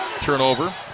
turnover